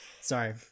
Sorry